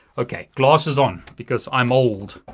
okay, glasses on because i'm old.